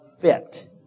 fit